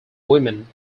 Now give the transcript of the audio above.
women